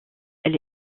elle